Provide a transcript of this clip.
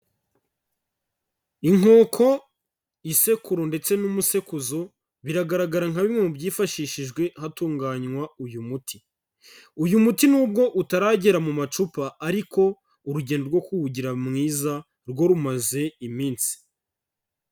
Inkoko, isekuru ndetse n'umusekuzo biragaragara nka bimwe mu byifashishijwe hatunganywa uyu muti. Uyu muti nubwo utaragera mu macupa ariko urugendo rwo kuwugira mwiza rwo rumaze iminsi.